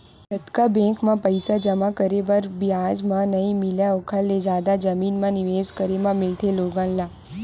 जतका बेंक म पइसा जमा करे म बियाज नइ मिलय ओखर ले जादा जमीन म निवेस करे म मिलथे लोगन ल